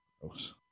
Gross